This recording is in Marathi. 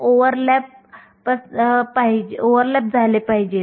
कोणत्या घटकांवर विद्युत् प्रवाह अवलंबून आहे